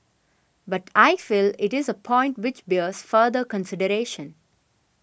but I feel it is a point which bears further consideration